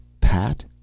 Pat